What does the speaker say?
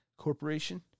corporation